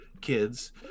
kids